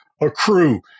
accrue